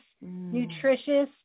nutritious